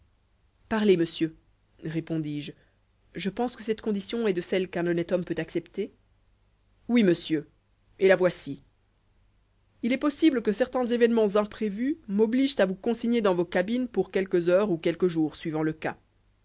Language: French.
parlez monsieur répondis-je je pense que cette condition est de celles qu'un honnête homme peut accepter oui monsieur et la voici il est possible que certains événements imprévus m'obligent à vous consigner dans vos cabines pour quelques heures ou quelques jours suivant le cas